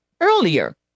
earlier